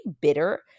bitter